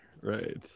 right